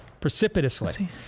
precipitously